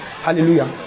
hallelujah